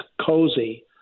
cozy